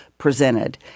presented